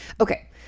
Okay